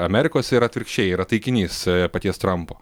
amerikos ir atvirkščiai yra taikinys paties trampo